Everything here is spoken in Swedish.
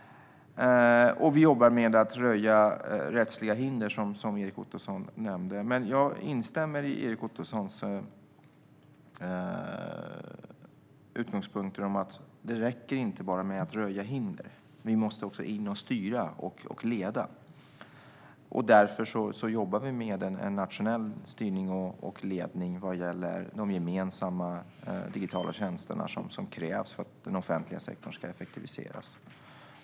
Vi jobbar med att undanröja rättsliga hinder, som Erik Ottoson nämnde. Jag instämmer i hans utgångspunkt att det inte räcker med att bara undanröja hinder. Vi måste också in och styra och leda. Därför jobbar vi med nationell styrning och ledning vad gäller de gemensamma digitala tjänster som krävs för att den offentliga sektorn ska effektiviseras.